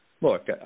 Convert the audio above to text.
look